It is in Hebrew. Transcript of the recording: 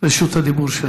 רשות הדיבור שלך.